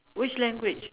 which language